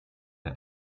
der